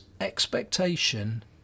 expectation